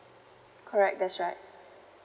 correct that's right